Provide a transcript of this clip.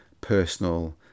personal